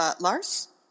lars